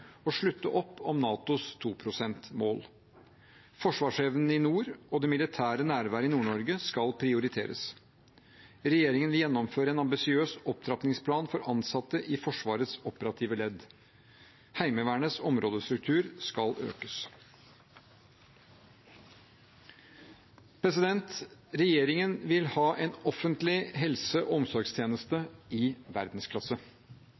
slutte opp om NATOs 2-prosentmål. Forsvarsevnen i nord og det militære nærværet i Nord-Norge skal prioriteres. Regjeringen vil gjennomføre en ambisiøs opptrappingsplan for ansatte i Forsvarets operative ledd. Heimevernets områdestruktur skal økes. Regjeringen vil ha en offentlig helse- og omsorgstjeneste i verdensklasse.